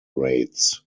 rates